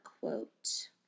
quote